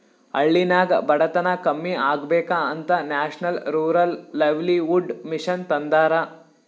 ಹಳ್ಳಿನಾಗ್ ಬಡತನ ಕಮ್ಮಿ ಆಗ್ಬೇಕ ಅಂತ ನ್ಯಾಷನಲ್ ರೂರಲ್ ಲೈವ್ಲಿಹುಡ್ ಮಿಷನ್ ತಂದಾರ